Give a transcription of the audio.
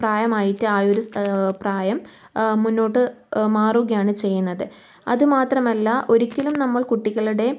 പ്രായമായിട്ട് ആ ഒര് പ്രായം മുന്നോട്ട് മാറുകയാണ് ചെയ്യുന്നത് അത് മാത്രമല്ല ഒരിക്കലും നമ്മൾ കുട്ടികളുടെ